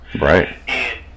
Right